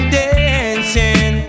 dancing